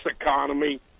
economy